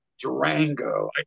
Durango